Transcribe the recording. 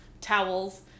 towels